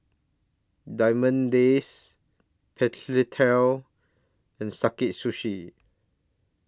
Diamond Days and Sakae Sushi